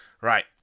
Right